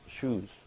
shoes